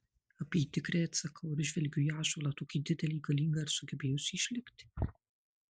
apytikriai atsakau ir žvelgiu į ąžuolą tokį didelį galingą ir sugebėjusį išlikti